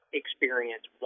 experience